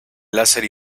láser